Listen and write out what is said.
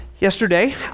Yesterday